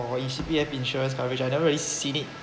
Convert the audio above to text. for you should be have insurance coverage I never really seen it